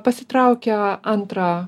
pasitraukia antrą